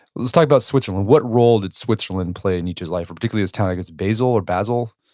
let's talk about switzerland. what role did switzerland play in nietzsche's life, or particular this town, i guess basel or basel?